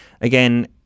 again